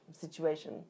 situation